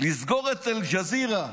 לסגור את אל-ג'זירה.